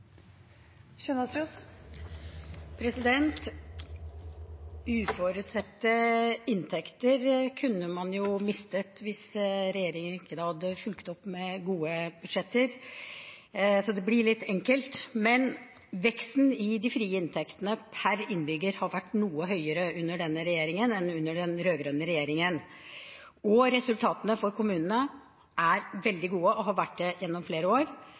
Uforutsette inntekter kunne man jo mistet hvis regjeringen ikke hadde fulgt opp med gode budsjetter, så det blir litt enkelt. Veksten i de frie inntekter per innbygger har vært noe høyere under denne regjeringen enn under den rød-grønne regjeringen. Resultatene for kommunene er veldig gode, og har vært det gjennom flere år.